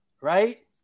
right